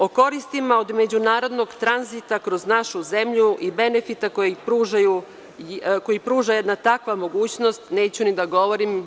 O koristima od međunarodnog tranzita kroz našu zemlju i benefita koji pruža jedna takva mogućnost neću ni da govorim.